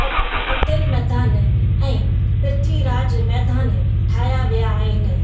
पट पटेल मैदान ऐं पृथ्वी राज मैदान ठाहिया विया आहिनि